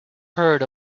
heard